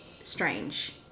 strange